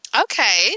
Okay